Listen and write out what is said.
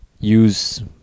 use